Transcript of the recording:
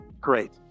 great